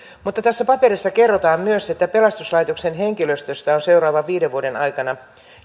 mutta tässä paperissa kerrotaan myös että pelastuslaitosten henkilöstöstä on seuraavan viiden vuoden aikana